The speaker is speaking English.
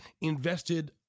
invested